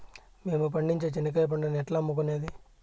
మేము పండించే చెనక్కాయ పంటను ఎట్లా అమ్ముకునేది?